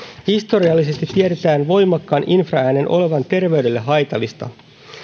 historiallisesti tiedetään voimakkaan infraäänen olevan terveydelle haitallista